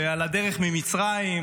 ועל הדרך ממצרים.